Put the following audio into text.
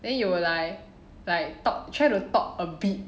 then you will like like talk try to talk a bit